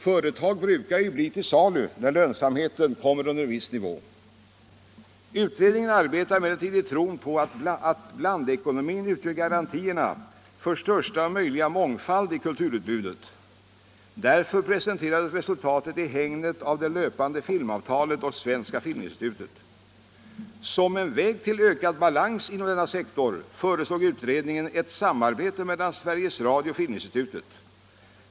Företag brukar ju bli till salu när lönsamheten sjunker under en viss nivå. Utredningen arbetade emellertid i tron på att blandekonomin utgör garanti för största möjliga mångfald i kulturutbudet. Därför presenterades resultatet i hägnet av det löpande filmavtalet och Svenska filminstitutet. Som en väg till ökad balans inom denna sektor föreslog utredningen ett samarbete mellan Sveriges Radio och Filminstitutet.